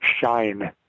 shine